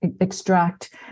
extract